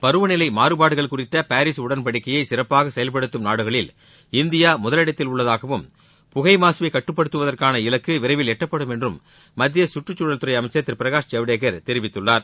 பருவநிலை மாறுபாடுகள் குறித்த பாரிஸ் உடன்படிக்கையை சிறப்பாக செயல்படுத்தும் நாடுகளில் இந்தியா முதலிடத்தில் உள்ளதாகவும் புகை மாசுவை கட்டுப்படுத்துவதற்கான இலக்கு விரைவில் எட்டப்படும் என்றும் மத்திய சுற்றுச்சூழல் துறை அமைச்சர் திரு பிரகாஷ் ஜவ்டேகர் தெரிவித்துள்ளார்